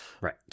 Right